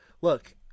look